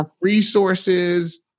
resources